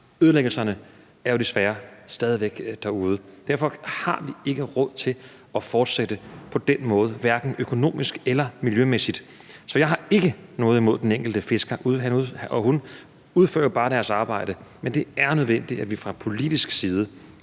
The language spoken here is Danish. Ødelæggelserne er jo desværre stadig væk derude. Derfor har vi ikke råd til at fortsætte på den måde, hverken økonomisk eller miljømæssigt. Jeg har ikke noget imod den enkelte fisker. Han og hun udfører bare deres arbejde. Men det er nødvendigt, at vi fra politisk side